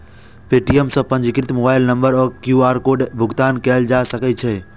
Paytm सं पंजीकृत mobile number आ क्यू.आर कोड सं भुगतान कैल जा सकै छै